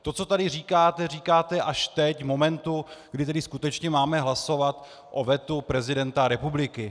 To, co tady říkáte, říkáte až teď, v momentu, kdy ve skutečnosti máme hlasovat o vetu prezidenta republiky.